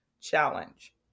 challenge